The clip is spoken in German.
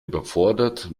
überfordert